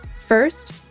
first